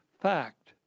fact